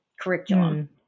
curriculum